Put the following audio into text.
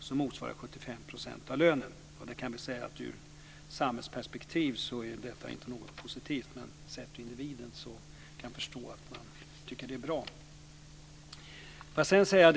Jag kan väl säga att detta i ett samhällsperspektiv inte är något positivt, men jag kan förstå att individen tycker att det är bra.